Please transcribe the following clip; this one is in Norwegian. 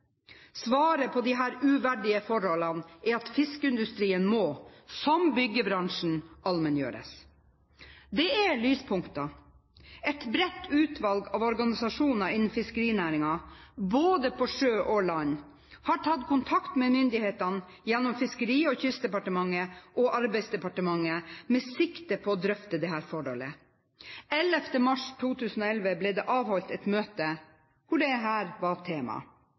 Svaret på disse uverdige forholdene er at fiskeindustrien, som byggebransjen, må allmenngjøres. Det er lyspunkter: Et bredt utvalg av organisasjoner innen fiskerinæringen – både på sjø og på land – har tatt kontakt med myndighetene ved Fiskeri- og kystdepartementet og Arbeidsdepartementet med sikte på å drøfte dette forholdet. Den 11. mars 2011 ble det avholdt et møte hvor dette var tema. Det